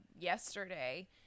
yesterday